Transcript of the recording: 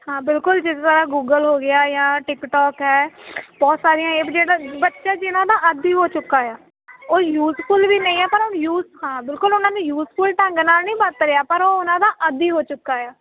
ਹਾਂ ਬਿਲਕੁਲ ਜਿਸ ਤਰਾਂ ਗੂਗਲ ਹੋ ਗਿਆ ਜਾਂ ਟਿਕਟੋਕ ਹੈ ਬਹੁਤ ਸਾਰੀਆਂ ਇਹ ਜਿਹੜੀਆਂ ਬੱਚਾ ਜਿਨ੍ਹਾਂ ਦਾ ਆਦੀ ਹੋ ਚੁੱਕਾ ਆ ਉਹ ਯੂਜਫੁਲ ਵੀ ਨਹੀਂ ਹ ਪਰ ਯੂਜ ਹਾਂ ਬਿਲਕੁਲ ਉਹਨਾਂ ਦੀ ਯੂਜਫੁਲ ਢੰਗ ਨਾਲ ਨਹੀਂ ਵਰਤ ਰਿਹਾ ਪਰ ਉਹ ਉਹਨਾਂ ਦਾ ਆਦੀ ਹੋ ਚੁੱਕਾ ਆ